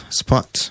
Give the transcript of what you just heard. spot